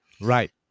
Right